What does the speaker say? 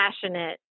passionate